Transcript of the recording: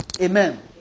Amen